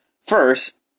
First